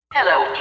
Hello